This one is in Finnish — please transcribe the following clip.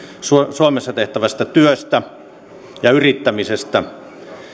suomessa tehtävästä työstä ja yrittämisestä